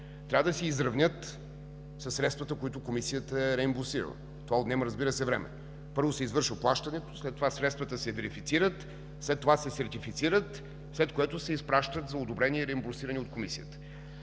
трябва да се изравнят със средствата, които Комисията е реимбурсирала. Това отнема време. Първо се извършва плащането, след това средствата се верифицират, след това се сертифицират и се изпращат за одобрение или реимбурсиране от Комисията.